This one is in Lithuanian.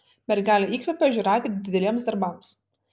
mergelė įkvepia ožiaragį dideliems darbams